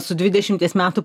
su dvidešimties metų